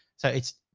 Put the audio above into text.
so it's,